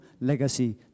legacy